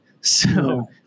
So-